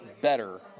better